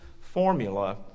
formula